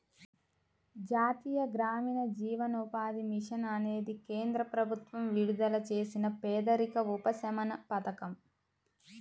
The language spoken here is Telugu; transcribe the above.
జాతీయ గ్రామీణ జీవనోపాధి మిషన్ అనేది కేంద్ర ప్రభుత్వం విడుదల చేసిన పేదరిక ఉపశమన పథకం